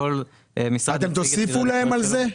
אתם תוסיפו להם על זה?